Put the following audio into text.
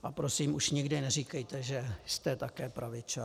A prosím, už nikdy neříkejte, že jste také pravičák.